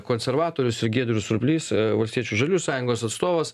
konservatorius giedrius surplys valstiečių žaliųjų sąjungos atstovas